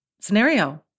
scenario